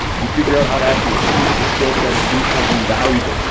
you figure out how to actually increase the skill set and do something valuable.